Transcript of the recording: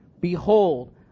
Behold